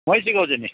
मैले सिकाउँछु नि